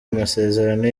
amasezerano